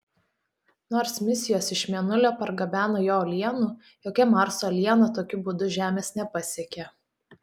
nors misijos iš mėnulio pargabeno jo uolienų jokia marso uoliena tokiu būdu žemės nepasiekė